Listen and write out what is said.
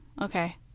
Okay